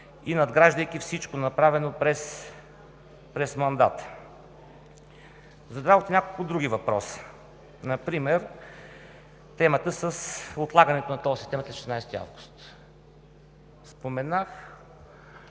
надграждайки всичко, направено през мандата. Зададохте няколко други въпроса – например темата с отлагането на тол системата за 16 август. Споменах